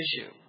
issue